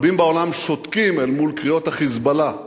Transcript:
רבים בעולם שותקים אל מול קריאות ה"חיזבאללה"